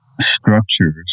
structures